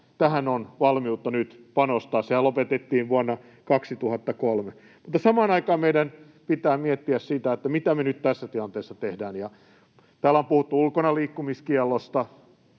tähän on valmiutta nyt panostaa — sehän lopetettiin vuonna 2003. Mutta samaan aikaan meidän pitää miettiä sitä, mitä me nyt tässä tilanteessa tehdään. Täällä on puhuttu ulkonaliikkumiskiellosta.